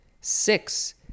six